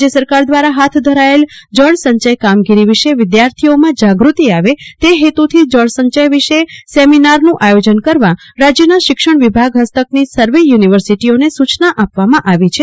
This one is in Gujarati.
રાજય સરકાર દવારા હાથ ધરાયેલ જળ સંચય કામગીરી વિશે વિદ્યાર્થિઓના જાગતિ આવે ત હેતૂથી જળ સંચય વિશે સેમીનારન આયોજન કરવા રાજયના શિક્ષણ વિભાગ હસ્તક ની સવ યુનિર્વસીટીઓને સુચના આપવા માં આવી છે